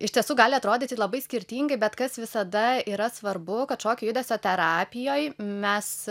iš tiesų gali atrodyti labai skirtingai bet kas visada yra svarbu kad šokio judesio terapijoj mes